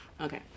Okay